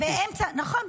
נכון.